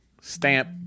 stamp